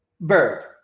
Bird